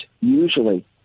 usually